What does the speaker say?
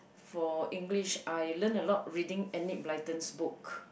for English I learned a lot reading Enid-Blyton's book